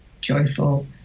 joyful